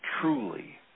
truly